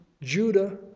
Judah